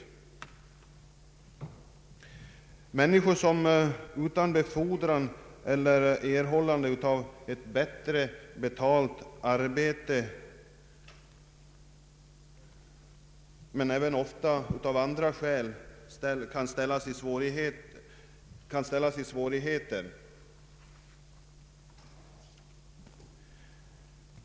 Det gäller människor som utan befordran eller erhållande av bättre betalt arbete men ofta även av andra skäl tvingats söka arbete på annan ort.